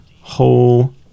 whole